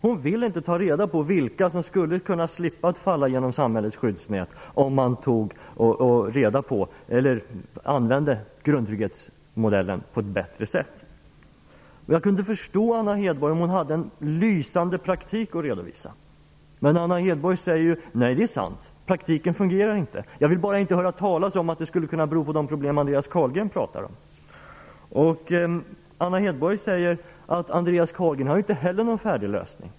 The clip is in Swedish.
Hon vill inte ta reda på vilka som skulle kunna slippa att falla genom samhällets skyddsnät om man använde grundtrygghetsmodellen på ett bättre sätt. Jag kunde förstå Anna Hedborg om hon hade en lysande praktik att redovisa. Men Anna Hedborg säger ju: Nej, det är sant. Praktiken fungerar inte. Jag vill bara inte höra talas om att det skulle kunna bero på de problem Andreas Carlgren pratar om. Anna Hedborg säger att Andreas Carlgren inte heller har någon färdig lösning.